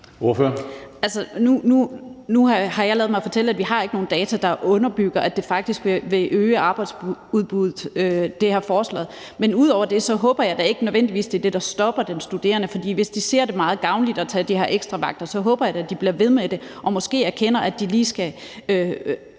Nu har jeg ladet mig fortælle, at vi ikke har nogen data, der underbygger, at det her forslag faktisk vil øge arbejdsudbuddet. Ud over det håber jeg da ikke, at det nødvendigvis er det, der stopper den studerende. For hvis de ser, at det er meget gavnligt at tage de her ekstravagter, så håber jeg da, at de bliver ved med det og måske erkender, at de lige skal